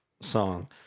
song